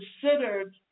considered